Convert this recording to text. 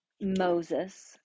Moses